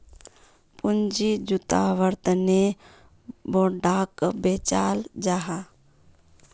पूँजी जुत्वार तने बोंडोक बेचाल जाहा